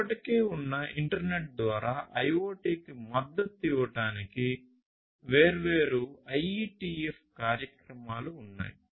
ఇప్పటికే ఉన్న ఇంటర్నెట్ ద్వారా IoT కి మద్దతు ఇవ్వడానికి వేర్వేరు IETF కార్యక్రమాలు ఉన్నాయి